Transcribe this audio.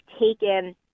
taken